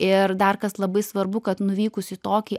ir dar kas labai svarbu kad nuvykus į tokį